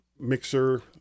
mixer